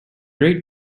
great